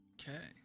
Okay